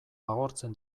agortzen